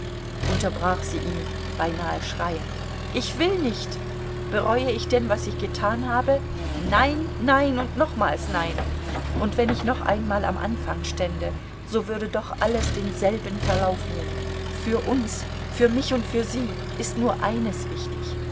unterbrach sie ihn beinahe schreiend ich will nicht bereue ich denn was ich getan habe nein nein und nochmals nein und wenn ich noch einmal am anfang stände so würde doch alles denselben verlauf nehmen für uns für mich und für sie ist nur eines wichtig